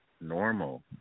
normal